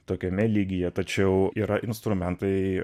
tokiame lygyje tačiau yra instrumentai